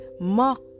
mock